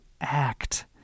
act